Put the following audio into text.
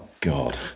God